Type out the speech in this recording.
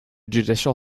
judicial